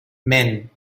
men